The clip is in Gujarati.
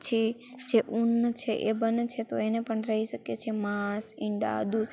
પછી જે ઉન છે એ બને છે તો એને પણ રહી શકે છે માંસ ઈંડા દૂધ